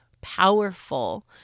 powerful